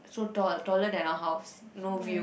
so tall taller than our house no view